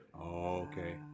okay